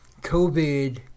COVID